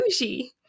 sushi